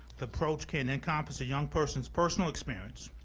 the approach can encompass a young person's personal experience,